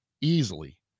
easily